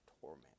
torment